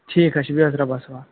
ٹھیٖک حظ چھِ بیٚہہ حظ رۄبَس حوال